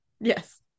Yes